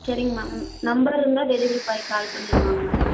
சரிங்க ma'am number இருந்தால் delivery boy call பண்ணிவிடுவாங்க